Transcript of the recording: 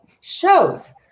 shows